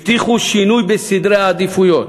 הבטיחו שינוי בסדרי העדיפויות.